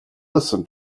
listen